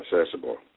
accessible